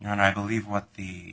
and i believe what the